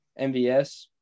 MVS